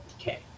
Okay